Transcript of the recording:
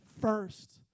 first